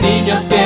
niños